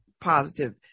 positive